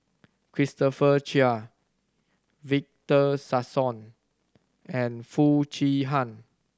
Christopher Chia Victor Sassoon and Foo Chee Han